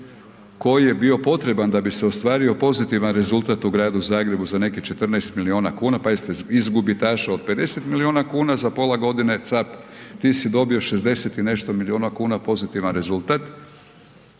koji je bio potreban da bi se ostvario pozitivan rezultat u gradu Zagrebu za nekih 14 milijuna kuna, pazite, iz gubitaša od 50 milijuna kuna za pola godine cap, ti si dobro 60 i nešto milijuna kuna pozitivan rezultat,